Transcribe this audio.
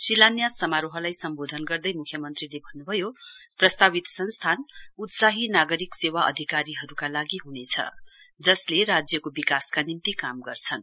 शिलान्यास समारोहलाई सम्बोधन गर्दै मुख्यमन्त्रीले भन्नुभयो प्रस्तावित संस्थान उत्साही नागरिक सेवा अधिकारीहरुका निम्ति हुनेछ जसले राज्यको विकासका निम्ति काम गर्छन्